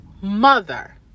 mother